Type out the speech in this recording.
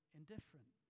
indifferent